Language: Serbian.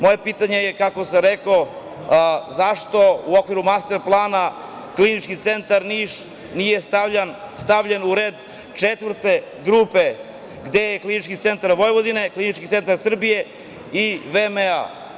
Moje pitanje je, kako sam rekao, zašto u okviru Master plana Klinički centar Niš nije stavljen u red četvrte grupe, gde je Klinički centar Vojvodine, Klinički centar Srbije i VMA?